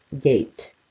gate